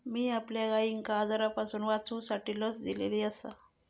मी आपल्या गायिंका आजारांपासून वाचवूसाठी लस दिलेली आसा